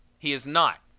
he is not.